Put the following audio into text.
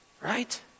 Right